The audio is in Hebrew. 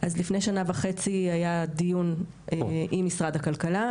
לפני שנה וחצי היה דיון עם משרד הכלכלה.